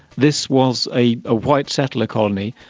this was a ah white settler colony,